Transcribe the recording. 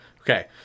Okay